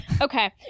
Okay